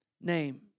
name